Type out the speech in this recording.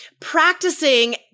practicing